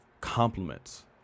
compliments